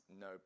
no